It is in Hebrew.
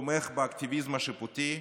תומך באקטיביזם השיפוטי,